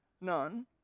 None